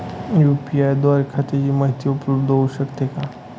UPI द्वारे खात्याची माहिती उपलब्ध होऊ शकते का?